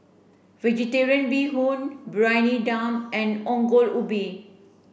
vegetarian Bee Hoon Briyani Dum and Ongol Ubi